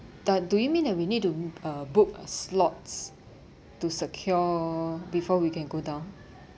da do you mean that we need to uh book uh slots to secure before we can go down